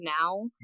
now